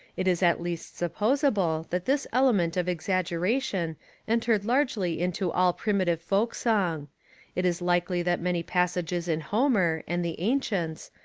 it is at least supposable that this element of exaggeration entered largely into all primi tive folk song it is likely that many passages in homer, and the ancients,